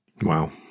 Wow